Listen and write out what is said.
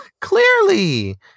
Clearly